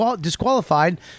disqualified